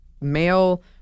male